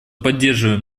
поддерживаем